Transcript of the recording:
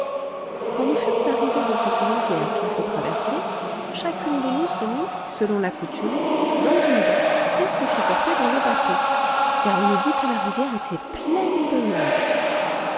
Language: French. quand nous fûmes arrivées à cette rivière qu'il faut traverser chacune de nous se mit selon la coutume dans une boîte et se fit porter dans le bateau car on nous dit que la rivière étoit pleine de monde